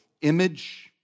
image